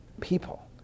people